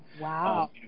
wow